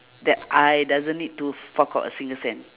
that I doesn't need to fork out a single cent